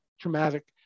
traumatic